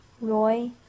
Roy